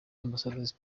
ambasadazi